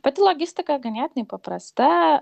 pati logistika ganėtinai paprasta